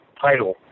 title